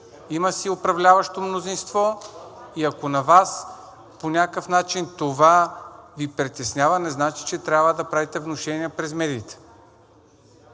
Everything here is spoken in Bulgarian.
Има си управляващо мнозинство и ако Вас по някакъв начин това Ви притеснява, не значи, че трябва да правите внушения през медиите.